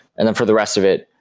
and then for the rest of it,